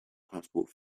passport